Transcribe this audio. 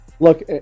Look